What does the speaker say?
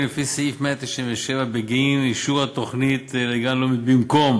לפי סעיף 197 בגין אישור התוכנית לגן לאומי במקום